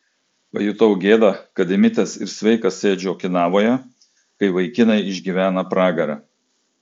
pajutau gėdą kad įmitęs ir sveikas sėdžiu okinavoje kai vaikinai išgyvena pragarą